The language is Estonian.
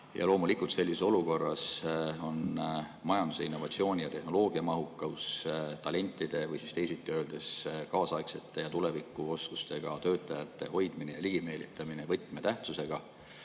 Loomulikult sellises olukorras on majanduses innovatsiooni- ja tehnoloogiamahukus ning talentide või teisiti öeldes, kaasaegsete ja tulevikuoskustega töötajate hoidmine ja ligimeelitamine võtmetähtsusega.